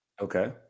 Okay